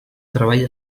treball